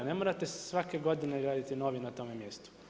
Ne morate se svake godine raditi novi na tom mjestu.